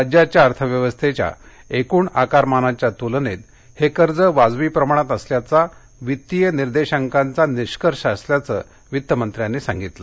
राज्याच्या अर्थव्यवस्थेच्या एकूण आकारमानाच्या तुलनेत हे कर्ज वाजवी प्रमाणात असल्याचा वित्तीय निर्देशांकाचा निष्कर्ष असल्याचं वित्तमंत्र्यांनी सांगितलं